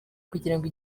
kugirango